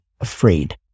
afraid